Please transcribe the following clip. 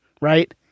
right